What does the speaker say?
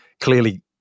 clearly